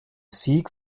sieg